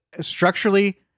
structurally